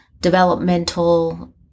developmental